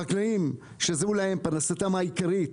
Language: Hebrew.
חקלאים, שזו פרנסתם העיקרית,